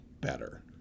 better